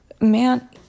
Man